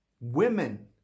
Women